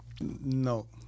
No